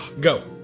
go